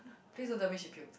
please don't tell me she puke